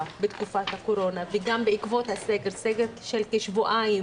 בתקופת הקורונה וגם בעקבות הסגר סגר של שבועיים